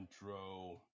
intro